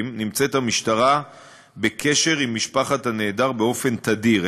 המשטרה נמצאת בקשר עם משפחת הנעדר באופן תדיר,